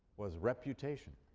was reputation.